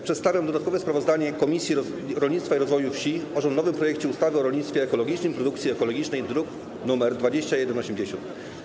Przedstawiam dodatkowe sprawozdanie Komisji Rolnictwa i Rozwoju Wsi o rządowym projekcie ustawy o rolnictwie ekologicznym i produkcji ekologicznej, druk nr 2180.